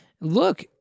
Look